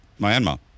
Myanmar